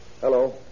Hello